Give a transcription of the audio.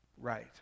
right